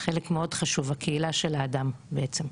חלק מאוד חשוב הקהילה של האדם בעצם.